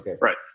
Right